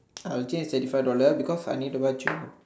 I'll change thirty five dollar because I need to go and change